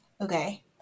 Okay